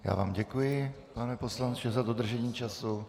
Já vám děkuji, pane poslanče, za dodržení času.